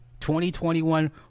2021